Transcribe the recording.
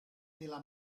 della